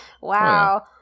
Wow